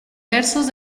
versos